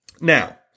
Now